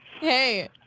Hey